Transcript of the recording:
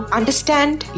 understand